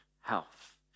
health